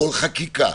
כל חקיקה,